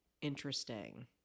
interesting